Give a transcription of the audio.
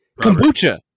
Kombucha